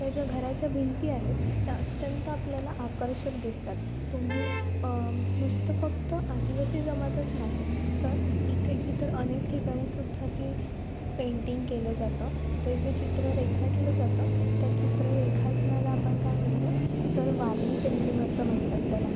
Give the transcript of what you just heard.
त्या ज्या घराच्या भिंती आहेत त्या अत्यंत आपल्याला आकर्षक दिसतात तुम्ही नुसतं फक्त आदिवासी जमातच नाही तर इथे इतर अनेक ठिकाणीसुद्धा ती पेंटिंग केलं जातं ते जे चित्र रेखाटलं जातं त्या चित्र रेखाटनाला आपण काय म्हणतो तर वारली पेंटिंग असं म्हणतात त्याला